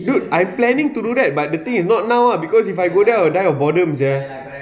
dude I planning to do that but the thing is not now lah because if I go there I will die of boredom sia